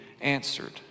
answered